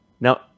Now